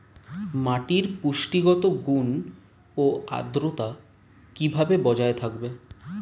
মাটির পুষ্টিগত গুণ ও আদ্রতা কিভাবে বজায় থাকবে?